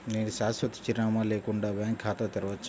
నేను శాశ్వత చిరునామా లేకుండా బ్యాంక్ ఖాతా తెరవచ్చా?